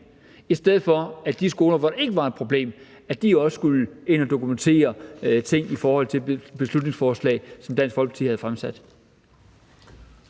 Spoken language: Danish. i stedet for at de skoler, hvor der ikke var et problem, også skulle ind og dokumentere forskellige ting som følge af et beslutningsforslag, som Dansk Folkeparti havde fremsat.